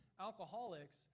Alcoholics